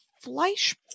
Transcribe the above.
Fleisch